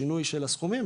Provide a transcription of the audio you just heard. שינוי של הסכומים,